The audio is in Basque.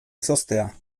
izoztea